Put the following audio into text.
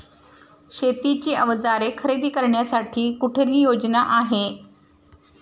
शेतीची अवजारे खरेदी करण्यासाठी कुठली योजना आहे?